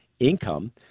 Income